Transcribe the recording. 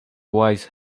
wise